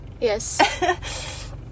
Yes